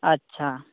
ᱟᱪᱪᱷᱟ